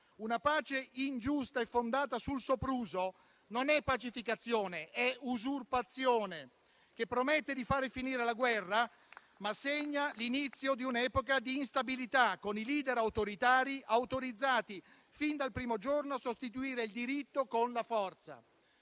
una pace ingiusta e fondata sul sopruso non è pacificazione, ma usurpazione che promette di far finire la guerra, ma segna l'inizio di un'epoca di instabilità, con i *leader* autoritari autorizzati fin dal primo giorno a sostituire il diritto con la forza.